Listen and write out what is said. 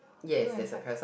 blue and white